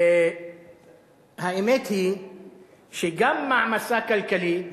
האמת היא שגם מעמסה כלכלית,